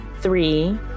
Three